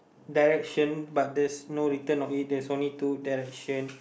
direction but there's no written on it there's only two directions